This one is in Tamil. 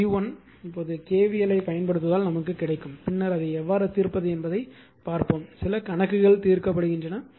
எனவே v1 KVL ஐப் பயன்படுத்துவதால் நமக்கு கிடைக்கும் பின்னர் அதை எவ்வாறு தீர்ப்பது என்பதைப் பார்ப்போம் சில கணக்குகள் தீர்க்கப்படும்